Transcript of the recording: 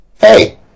hey